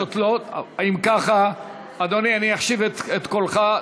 אדוני, אם כך, אני אחשיב את קולך.